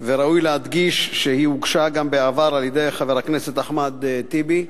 וראוי להדגיש שהיא הוגשה גם בעבר על-ידי חבר הכנסת אחמד טיבי,